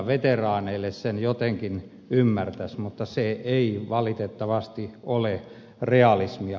veteraaneille sen jotenkin ymmärtäisi mutta se ei valitettavasti ole realismia